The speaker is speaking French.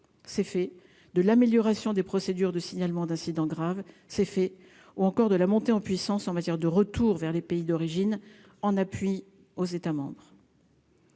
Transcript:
c'est fait de l'amélioration des procédures de signalement d'incident grave, c'est fait, ou encore de la montée en puissance en matière de retour vers les pays d'origine, en appui aux États.